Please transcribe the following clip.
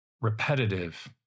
repetitive